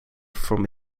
from